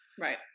Right